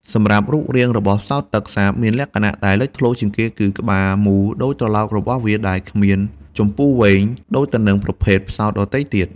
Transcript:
សម្រាប់រូបរាងរបស់ផ្សោតទឹកសាបមានលក្ខណៈដែលលេចធ្លោជាងគេ គឺក្បាលមូលដូចត្រឡោករបស់វា ដែលគ្មានចំពុះវែង ដូចទៅនឹងប្រភេទផ្សោតដទៃទៀត។